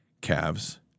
calves